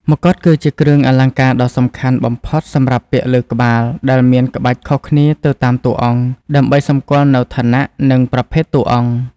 មកុដគឺជាគ្រឿងអលង្ការដ៏សំខាន់បំផុតសម្រាប់ពាក់លើក្បាល ដែលមាន ក្បាច់ខុសគ្នាទៅតាមតួអង្គ ដើម្បីសម្គាល់នូវឋានៈ និងប្រភេទតួអង្គ។